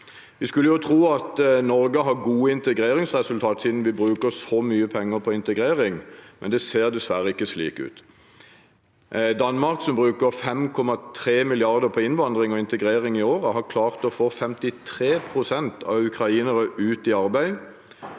Vi skulle jo tro at Norge har gode integreringsresultater siden vi bruker så mye penger på integrering, men det ser dessverre ikke slik ut. Danmark, som bruker 5,3 mrd. kr på innvandring og integrering i året, har klart å få 53 pst. av ukrainerne ut i arbeid.